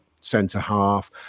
centre-half